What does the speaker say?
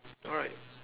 alright